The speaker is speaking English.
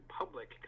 public